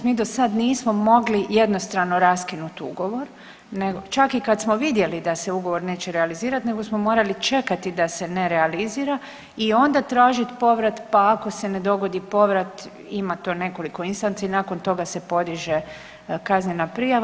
Mi do sada nismo mogli jednostrano raskinut ugovor, čak i kad smo vidjeli da se ugovor neće realizirati nego smo morali čekati da se ne realizira i onda tražiti povrat pa ako se dogodi povrat ima to nekoliko instanci, nakon toga se podiže kaznena prijava.